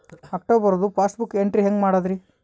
ಅಕ್ಟೋಬರ್ದು passbook entry ಹೆಂಗ್ ಮಾಡದ್ರಿ?